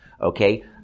Okay